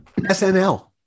SNL